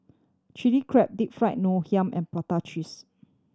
Chilli Crab Deep Fried Ngoh Hiang and prata cheese